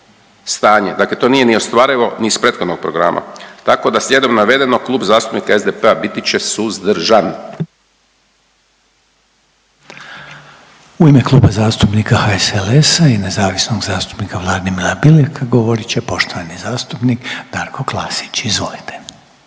stanje, dakle to nije ni ostvarivo ni iz prethodnog programa, tako da slijedom navedenog Klub zastupnika SDP-a biti će suzdržan. **Reiner, Željko (HDZ)** U ime Kluba zastupnika HSLS-a i nezavisnog zastupnika Vladimira Bileka govorit će poštovani zastupnik Darko Klasić. Izvolite.